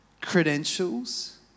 credentials